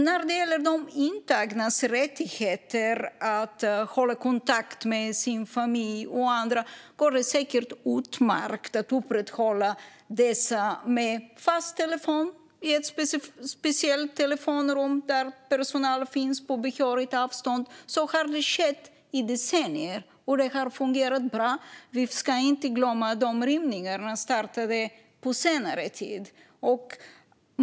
När det gäller de intagnas rättigheter att hålla kontakt med sin familj och andra går det säkert utmärkt att upprätthålla dessa med fast telefon i ett speciellt telefonrum där personal finns på behörigt avstånd. Så har skett i decennier, och det har fungerat bra. Vi ska inte glömma att dessa rymningar startade på senare tid.